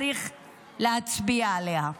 צריך להצביע לה.